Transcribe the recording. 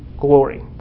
glory